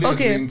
Okay